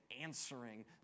answering